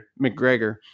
McGregor